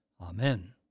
Amen